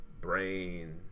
brain